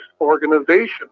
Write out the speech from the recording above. organization